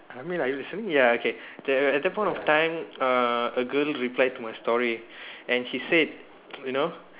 I mean like is only ya okay the at that point of time uh a girl replied to my story and she said you know